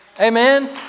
amen